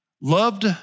loved